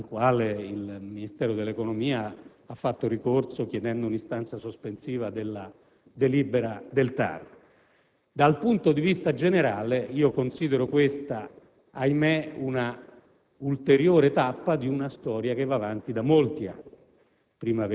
alla quale il Ministero dell'economia ha fatto ricorso chiedendo una istanza sospensiva della delibera del TAR; dal punto di vista generale, considero questa - ahimè - una ulteriore tappa di una storia che va avanti da molti anni.